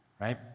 right